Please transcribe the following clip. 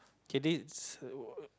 okay this uh